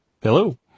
Hello